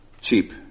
cheap